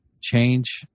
change